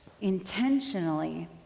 intentionally